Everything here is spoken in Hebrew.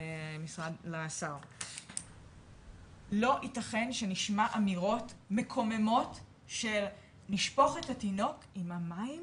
לא יתכן שנשמע אמירות מקוממות של לשפוך את התינוק עם המים